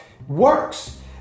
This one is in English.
Works